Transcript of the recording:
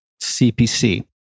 CPC